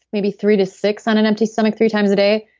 maybe three to six, on an empty stomach three times a day.